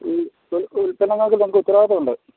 ഈ ഉത്പന്നങ്ങള്ക്ക് നിങ്ങൾക്ക് ഉത്തരവാദിത്തം ഉണ്ട്